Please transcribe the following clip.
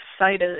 excited